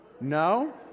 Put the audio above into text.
No